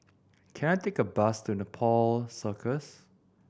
can I take a bus to Nepal Circus